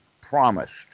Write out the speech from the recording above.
promised